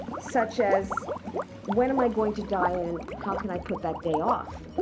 such as when am i going to die? and how can i put that day off?